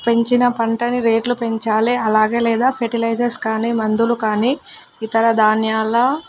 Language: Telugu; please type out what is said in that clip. పెంచిన పంటని రేట్లు పెంచాలి అలాగే లేదా ఫర్టిలైజర్స్ కానీ మందులు కానీ ఇతర ధాన్యాల